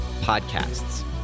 podcasts